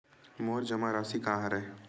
मोर जमा राशि का हरय?